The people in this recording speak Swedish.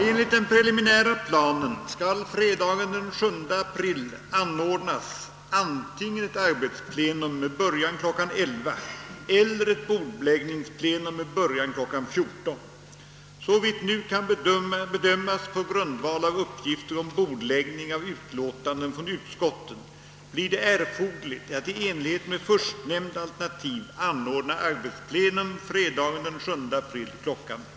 Enligt den preliminära planen skall fredagen den 7 april anordnas antingen ett arbetsplenum med början kl. 11.00 eller ett bordläggningsplenum med början kl. 14.00 Såvitt nu kan bedömas på grundval av uppgifter om bordläggning av utlåtanden från utskotten blir det erforderligt att i enlighet med förstnämnda alternativ anordna arbetsplenum fredagen den 7 april kl.